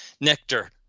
Nectar